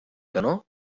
canó